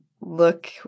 look